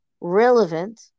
relevant